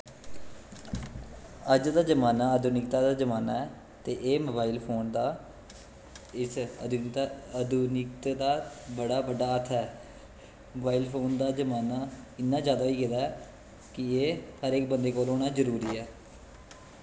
अज्ज कल दा जमाना अधुनिकता दा जमाना ऐ ते एह् मोबाईल फोन दा इस अधुनिकता दा बड़ा बड्डा हत्थ ऐ मोबाईल फोन दा जमाना इउन्ना जादा होई गेदा ऐ कि एह् हर इक बंदे कोल होना जरूरी ऐ